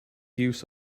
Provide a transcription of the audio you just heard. use